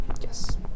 yes